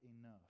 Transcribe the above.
enough